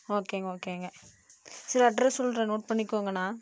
ஓகேங்க ஓகேங்க சேரி அட்ரஸ் சொல்கிறேன் நோட் பண்ணிக்கோங்கண்ணா